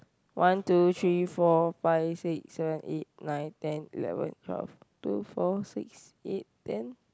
one two three four five six seven eight nine ten eleven twelve two four six eight ten